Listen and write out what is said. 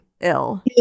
ill